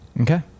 Okay